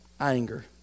anger